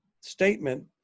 statement